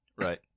right